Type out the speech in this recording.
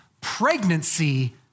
pregnancy